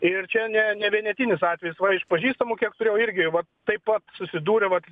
ir čia ne ne vienetinis atvejis iš pažįstamų kiek turėjau irgi va taip pat susidūrė vat